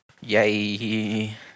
Yay